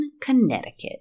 Connecticut